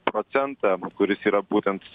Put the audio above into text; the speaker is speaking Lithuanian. procentą kuris yra būtent